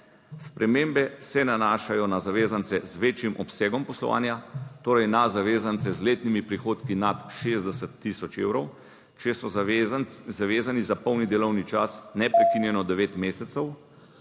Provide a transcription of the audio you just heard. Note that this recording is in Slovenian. Spremembe se nanašajo na zavezance z večjim obsegom poslovanja, torej na zavezance z letnimi prihodki nad 60 tisoč evrov, če so zavezanci za polni delovni čas neprekinjeno devet mesecev